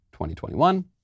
2021